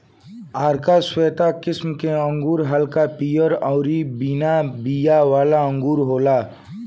आरका श्वेता किस्म के अंगूर हल्का पियर अउरी बिना बिया वाला अंगूर होला